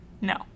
No